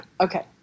okay